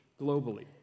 globally